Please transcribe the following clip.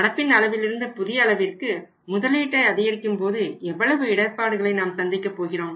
நடப்பின் அளவிலிருந்து புதிய அளவிற்கு முதலீட்டை அதிகரிக்கும்போது எவ்வளவு இடர்ப்பாடுகளை நாம் சந்திக்கப் போகிறோம்